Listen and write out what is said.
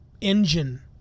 engine